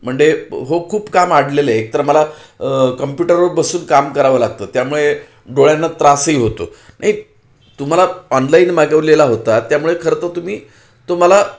म्हणजे हो खूप काम अडलेलं आहे एकतर मला कम्प्युटरवर बसून काम करावं लागतं त्यामुळे डोळ्यांना त्रासही होतो नाही तुम्हाला ऑनलाईन मागवलेला होता त्यामुळे खरं तर तुम्ही तो मला